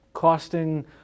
costing